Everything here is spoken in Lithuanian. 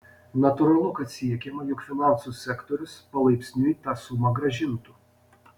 natūralu kad siekiama jog finansų sektorius palaipsniui tą sumą grąžintų